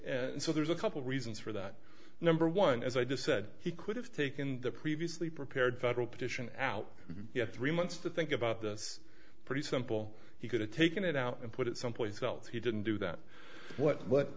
x so there's a couple reasons for that number one as i decide he could have taken the previously prepared federal petition out yet three months to think about this pretty simple he could have taken it out and put it someplace else he didn't do that what what